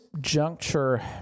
juncture